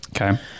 Okay